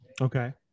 Okay